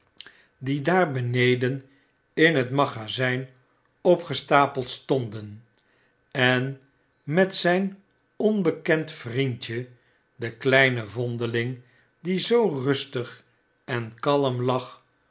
die daar beneden in het raagazp opgestapeld stonden en met zp opbekend vriendje j den kleinen vondeling die zoo rustig en kalm lag